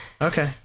Okay